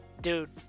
Dude